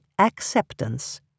Acceptance